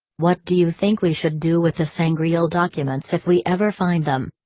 what do you think we should do with the sangreal documents if we ever find them?